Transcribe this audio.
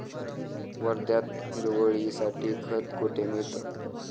वर्ध्यात हिरवळीसाठी खत कोठे मिळतं?